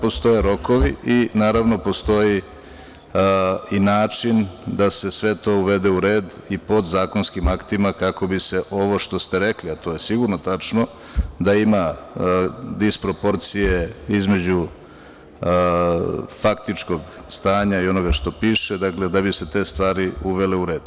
Postoje rokovi i postoji i način da se sve to uvede u red i podzakonskim aktima, kako bi se, ovo što ste rekli, a to je sigurno tačno, da ima disproporcije između faktičkog stanja i onoga što piše, dakle da bi se te stvari uvele u red.